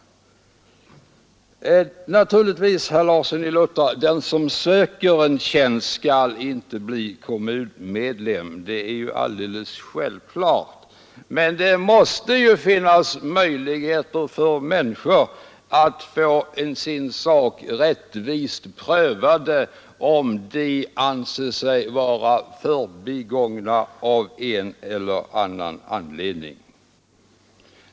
” Självfallet skall inte den som söker en kommunal tjänst bli kommunmedlem, herr Larsson i Luttra. Men det måste finnas möjligheter för människor att få sin sak rättvist prövad, om de av någon anledning anser sig förbigångna.